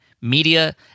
Media